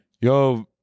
yo